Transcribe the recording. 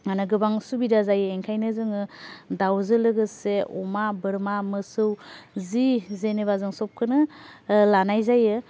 मानो गोबां सुबिदा जायो ओंखायनो जोङो दावजों लोगोसे अमा बोरमा मोसौ जि जेनेबा जोङो सबखौनो लानाय जायो